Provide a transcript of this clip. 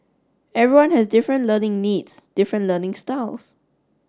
everyone has different learning needs different learning styles